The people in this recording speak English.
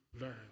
learn